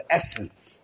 essence